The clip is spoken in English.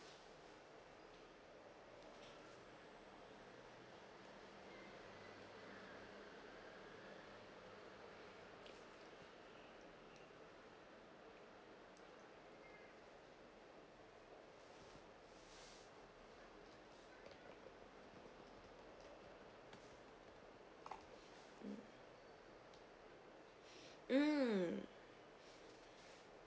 mm